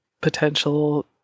Potential